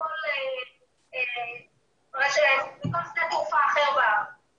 כפי שאמרה היושבת ראש,